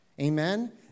Amen